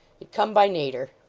it come by natur'.